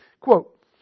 quote